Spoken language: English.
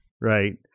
right